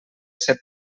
ser